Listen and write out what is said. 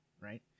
right